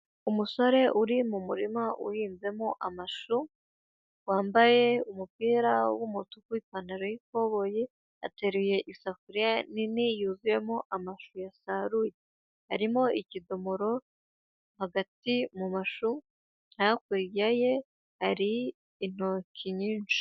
Umusore uri mu murima uhinzemo amashu, wambaye umupira w'umutuku, ipantaro y'ikoboyi ateruye isafuriya nini yuzuyemo amashu yasaruye, harimo ikidomoro hagati mu mashu, hakurya ye hari intoki nyinshi.